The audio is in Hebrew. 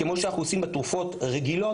כמו שאנחנו עושים בתרופות רגילות,